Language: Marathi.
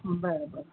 बरं बरं